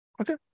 Okay